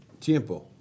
Tiempo